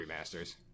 remasters